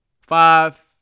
Five